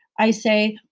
i say,